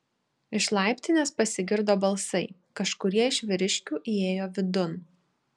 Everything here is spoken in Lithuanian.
iš laiptinės pasigirdo balsai kažkurie iš vyriškių įėjo vidun